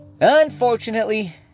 Unfortunately